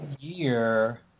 year